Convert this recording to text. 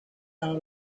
out